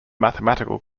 mathematical